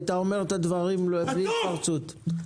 היית אומר את הדברים בלי התפרצות.